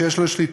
שיש לו שליטה,